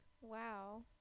wow